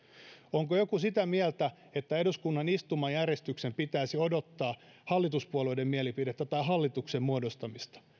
onko joku sitä mieltä että eduskunnan istumajärjestyksen pitäisi odottaa hallituspuolueiden mielipidettä tai hallituksen muodostamista